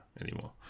anymore